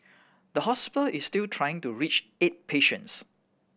the hospital is still trying to reach eight patients